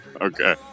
Okay